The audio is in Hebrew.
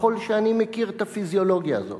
ככל שאני מכיר את הפיזיולוגיה הזאת.